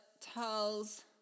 tells